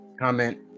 comment